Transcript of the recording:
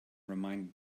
reminded